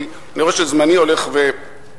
כי אני רואה שזמני הולך ותם,